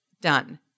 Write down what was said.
done